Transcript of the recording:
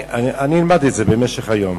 אני אלמד את זה במשך היום.